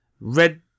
Red